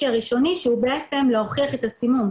הראשוני שהוא בעצם להוכיח את הסימום,